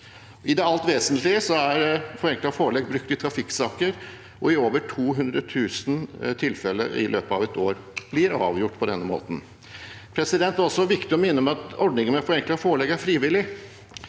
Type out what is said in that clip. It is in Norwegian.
I det alt vesentlige er forenklet forelegg brukt i trafikksaker, og over 200 000 tilfeller i løpet av et år blir avgjort på denne måten. Det er også viktig å minne om at ordningen med forenklet forelegg er frivillig.